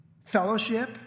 fellowship